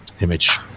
image